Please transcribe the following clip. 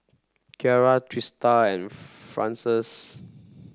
Ciarra Trista and Frances